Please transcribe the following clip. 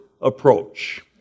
approach